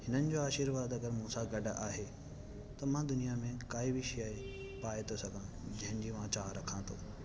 हिननि जो आशीर्वाद अगरि मूंसां गॾु आहे त मां दुनिया में काई बि शइ पाए थो सघां जंहिंजी मां चाहु रखां थो